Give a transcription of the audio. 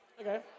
Okay